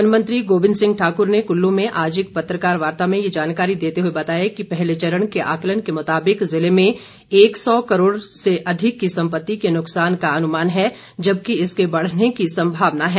one मंत्री गोविन्द सिंह ठाकुर ने कुल्लू में आज एक पत्रकार वार्ता में ये जानकारी देते हुए बताया कि पहले चरण के आकलन के मुताबिक ज़िले में एक सौ करोड़ से अधिक की सम्पति के नुकसान का अनुमान है जबकि इसके बढ़ने की संमावनएं हैं